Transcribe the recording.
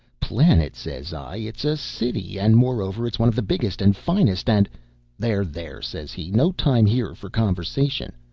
planet? says i it's a city. and moreover, it's one of the biggest and finest and there, there! says he, no time here for conversation.